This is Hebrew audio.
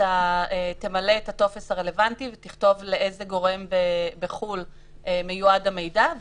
אתה תמלא את הטופס הרלוונטי ותכתוב לאיזה גורם בחו"ל מיועד המידע,